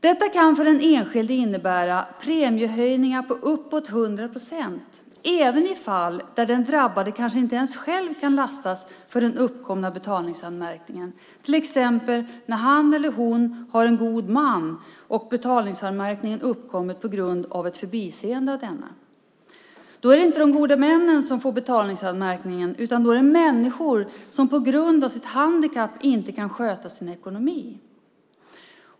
För den enskilde kan det innebära premiehöjningar på uppemot 100 procent - även i fall där den drabbade kanske inte ens själv kan lastas för den uppkomna betalningsanmärkningen, till exempel när han eller hon har en god man och betalningsanmärkningen uppkommit på grund av ett förbiseende från denne. Då är det inte gode männen som får en betalningsanmärkning, utan det får människor som på grund av sitt handikapp inte kan sköta sin ekonomi.